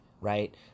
right